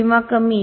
किंवा कमी